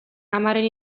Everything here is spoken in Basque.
amaren